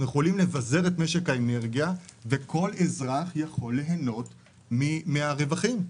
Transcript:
יכולים לבזר את משק האנרגיה וכל אזרח יכול ליהנות מן הרווחים,